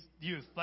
youth